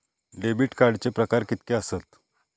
Debit कार्डचे प्रकार कीतके आसत?